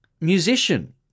musician